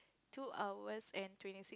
two hours and twenty six